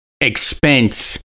expense